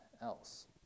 else